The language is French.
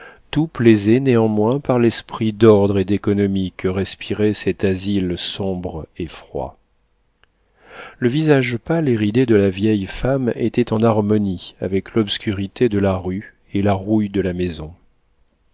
tout plaisait néanmoins par l'esprit d'ordre et d'économie que respirait cet asile sombre et froid le visage pâle et ridé de la vieille femme était en harmonie avec l'obscurité de la rue et la rouille de la maison